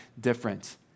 different